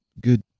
good